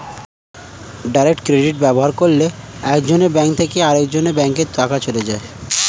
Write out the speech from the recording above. direct credit ব্যবহার করলে একজনের ব্যাঙ্ক থেকে আরেকজনের ব্যাঙ্কে টাকা চলে যায়